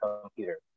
computer